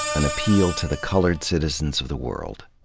an appeal to the coloured citizens of the world.